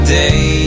day